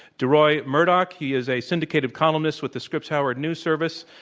deroy murdock. he is a syndicated columnist with the scripps howard news service,